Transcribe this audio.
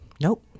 Nope